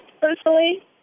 personally